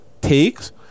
Takes